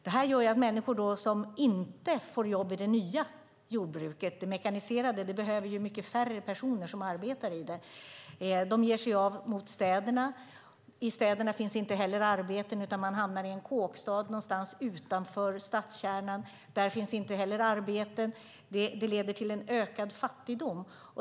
Detta gör att människor som inte får jobb i det nya, mekaniserade jordbruket - som behöver mycket färre personer som arbetar i det - ger sig av mot städerna. I städerna finns inte heller några arbeten, utan man hamnar i en kåkstad någonstans utanför stadskärnan. Där finns inte heller arbete, och detta leder till en ökad fattigdom.